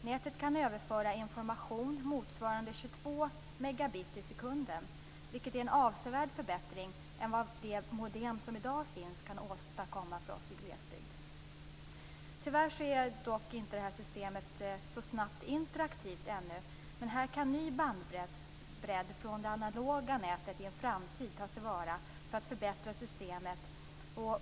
Nätet kan överföra information motsvarande 22 megabit i sekunden, vilket är en avsevärd förbättring i förhållande till vad de modem som i dag finns kan åstadkomma för oss i glesbygd. Tyvärr är inte systemet interaktivt ännu, men här kan ny bandbredd från det analoga nätet i en framtid tas till vara för att förbättra systemet.